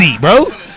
bro